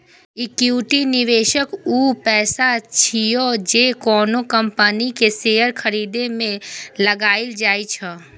equity निवेश ऊ पैसा छियै, जे कोनो कंपनी के शेयर खरीदे मे लगाएल जाइ छै